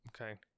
okay